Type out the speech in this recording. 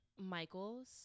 michael's